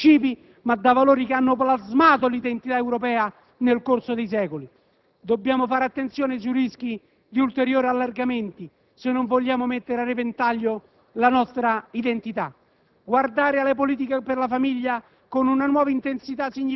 un'Europa dei valori che non nasce da un relativismo senza princìpi, ma da valori che hanno plasmato l'identità europea nel corso dei secoli. Dobbiamo fare attenzione sui rischi di ulteriori allargamenti, se non vogliamo mettere a repentaglio la nostra identità.